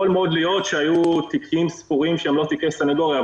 יכול להיות שהיו תיקים ספורים שהם לא תיקי סניגוריה,